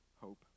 hope